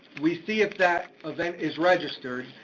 we see if that event is registered,